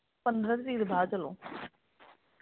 पंदरां तरीक दे बाद चलो